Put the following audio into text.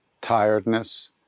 tiredness